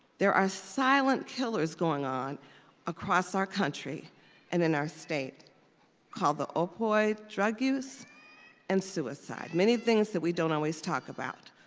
there are silent killers going on across our country and in our state called the opioid drug use and suicide. many things that we don't always talk about.